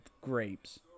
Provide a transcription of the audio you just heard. grapes